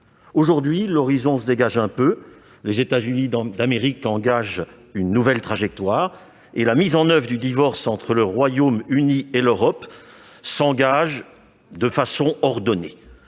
Aujourd'hui, l'horizon se dégage quelque peu : les États-Unis engagent une nouvelle trajectoire et la mise en oeuvre du divorce entre le Royaume-Uni et l'Union européenne s'engage de façon ordonnée.